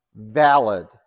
valid